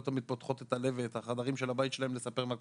תמיד פותחות את הלב ואת החדרים של הבית שלהן לספר מה קורה.